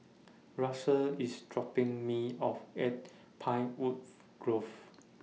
Russell IS dropping Me off At Pinewood Grove